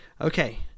Okay